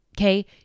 Okay